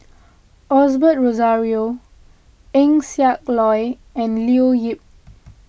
Osbert Rozario Eng Siak Loy and Leo Yip